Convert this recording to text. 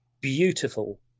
beautiful